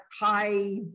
high